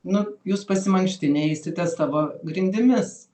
nu jūs pasimankštinę eisite savo grindimis